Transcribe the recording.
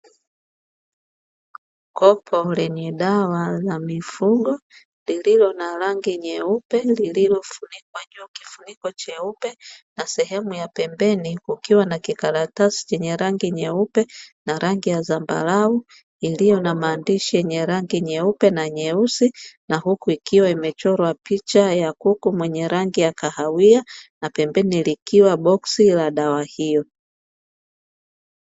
Kopo lenye dawa ya mifugo lililo na rangi nyeupe lililofunikwa juu kifuniko cheupe na sehemu ya pembeni kukiwa na kikaratasi chenye rangi nyeupe na rangi ya zambarau iliyo na maandishi yenye rangi nyeupe na nyeusi na huku ikiwa imechorwa picha ya kuku mwenye rangi ya kahawia na pembeni likiwa boksi la dawa hiyo.